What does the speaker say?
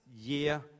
year